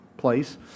place